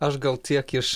aš gal tiek iš